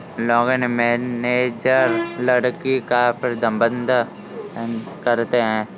logging manager लकड़ी का प्रबंधन करते है